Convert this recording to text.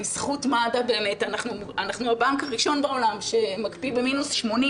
בזכות מד"א אנחנו הבנק הראשון שמקפיא ב-80- מעלות,